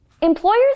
Employers